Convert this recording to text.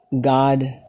God